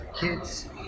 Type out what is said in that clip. Kids